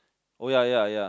oh ya ya ya